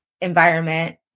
environment